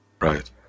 Right